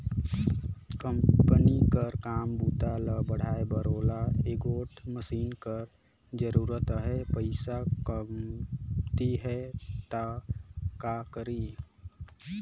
Company कर काम बूता ल बढ़ाए बर ओला एगोट मसीन कर जरूरत अहे, पइसा कमती हे त का करी?